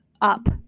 up